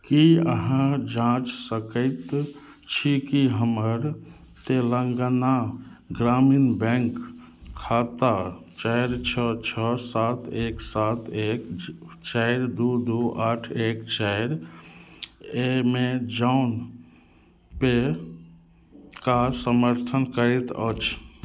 की अहाँ जाँच सकैत छी कि हमर तेलंगाना ग्रामीण बैंक खाता चारि छओ छओ सात एक सात एक चारि दू दू आठ एक चारि ऐमेज़ौन पे के समर्थन करैत अछि